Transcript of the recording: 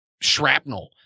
shrapnel